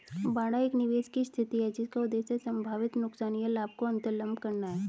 बाड़ा एक निवेश की स्थिति है जिसका उद्देश्य संभावित नुकसान या लाभ को अन्तर्लम्ब करना है